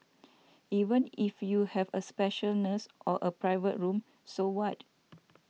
even if you have a special nurse or a private room so what